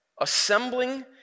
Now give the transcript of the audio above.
Assembling